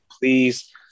please